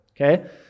okay